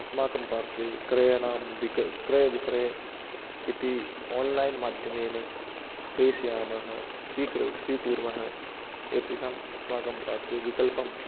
अस्माकं पार्श्वे क्रयणं विक्र् क्रयविक्रय इति आन्लैन्माध्यमेन प्रेषयामः स्वीकुर्मः एतेषाम् अस्माकं पार्श्वे विकल्पमस्ति